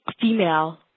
female